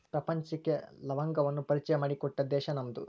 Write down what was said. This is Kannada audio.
ಪ್ರಪಂಚಕ್ಕೆ ಲವಂಗವನ್ನಾ ಪರಿಚಯಾ ಮಾಡಿಕೊಟ್ಟಿದ್ದ ದೇಶಾ ನಮ್ದು